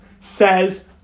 says